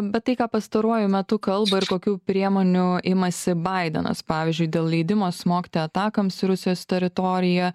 bet tai ką pastaruoju metu kalba ir kokių priemonių imasi baidenas pavyzdžiui dėl leidimo smogti atakams į rusijos teritoriją